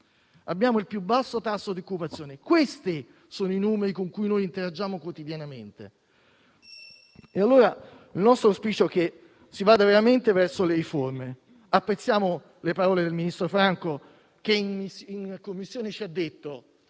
abbiamo il più basso tasso di occupazione. Questi sono i numeri con cui interagiamo quotidianamente. Il nostro auspicio è che si vada veramente verso le riforme. Apprezziamo le parole del ministro Franco che in Commissione ci ha detto che